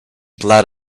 blood